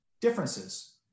differences